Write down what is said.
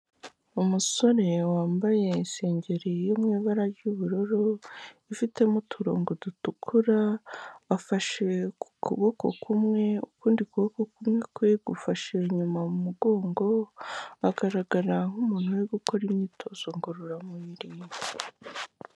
Umusore wambaye isengeri yo mu ibara ry'ubururu ifitemo uturongo dutukura afashe kuboko kumwe ukundi kuboko kumwe kwe gufasheshi inyuma m'umugongo agaragara nk'umuntu uri gukora imyitozo ngororamubiririmo.